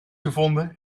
gevonden